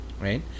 right